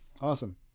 Awesome